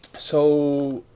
so,